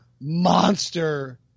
monster